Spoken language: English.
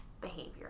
behavior